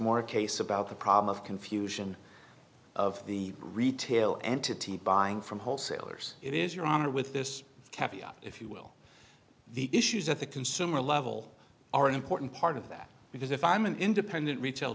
more a case about a problem of confusion of the retail entity buying from wholesalers it is your honor with this caviar if you will the issues that the consumer level are an important part of that because if i'm an independent retail